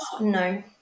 No